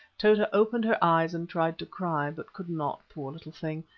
tota opened her eyes and tried to cry, but could not, poor little thing,